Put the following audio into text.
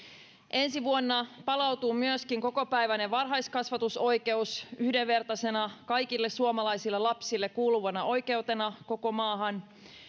ensi vuonna palautuu myöskin kokopäiväinen varhaiskasvatusoikeus yhdenvertaisena kaikille suomalaisille lapsille kuuluvana oikeutena koko maahan